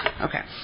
Okay